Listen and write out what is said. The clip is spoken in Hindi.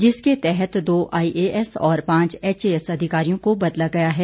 जिसके तहत दो आईएएस और पांच एचएएस अधिकारियों को बदला गया है